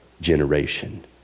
generation